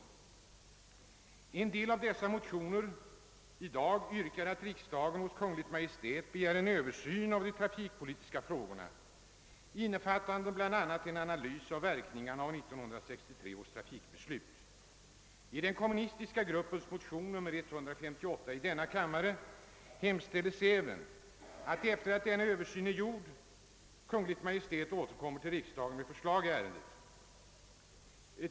I en del av de motioner vi i dag behandlar yrkas att riksdagen hos Kungl. Maj:t skall begära en översyn av de irafikpolitiska frågorna, innefattande bl.a. en analys av verkningarna av 1963 års trafikbeslut. I den kommunistiska gruppens motion II:158 hemställs även att Kungl. Maj:t sedan denna översyn gjorts återkommer till riksdagen med förslag i ärendet.